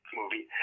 movie